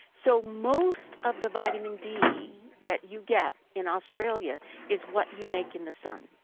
so most of the vitamin d that you get in australia is what you make in the sun.